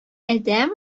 адәм